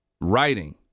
Writing